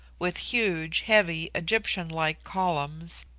with huge heavy egyptian-like columns,